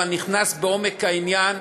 אבל נכנס לעומק העניין,